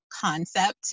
concept